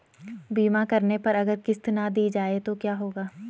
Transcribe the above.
बीमा करने पर अगर किश्त ना दी जाये तो क्या होगा?